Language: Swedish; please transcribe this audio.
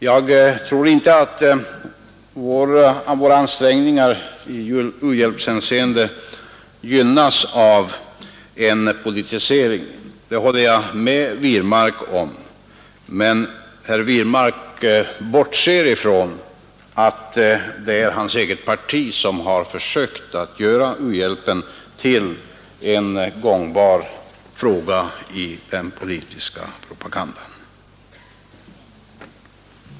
Jag tror inte att våra ansträngningar i u-hjälpshänseende gynnas av en politisering. Det håller jag med herr Wirmark om. Men herr Wirmark bortser ifrån att det är hans eget parti som har försökt att göra u-hjälpen till en gångbar fråga i den politiska propagandan.